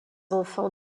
enfants